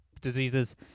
diseases